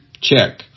check